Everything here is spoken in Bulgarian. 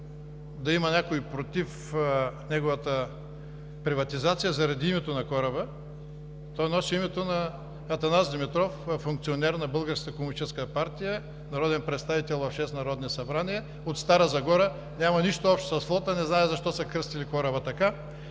да има някой против неговата приватизация заради името на кораба. Той носи името на Атанас Димитров – функционер на Българската комунистическа партия, народен представител в 6 народни събрания, от Стара Загора, няма нищо общо с флота, не зная защо са кръстили кораба така,